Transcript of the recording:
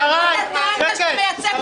--- אמרת שאתה מייצג נשים בזנות,